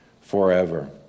forever